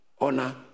Honor